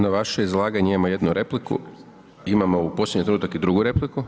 Na vaše izlaganje imamo jednu repliku, imamo u posljednji trenutak i drugu repliku.